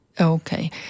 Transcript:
Okay